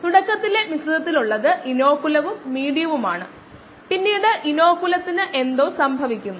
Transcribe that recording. ഇനി മുതൽ ഈ കോഴ്സിൽ ഞാൻ ഇത് ഉപേക്ഷിക്കാൻ പോകുന്നു